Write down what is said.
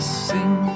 sing